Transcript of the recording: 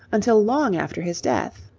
until long after his death.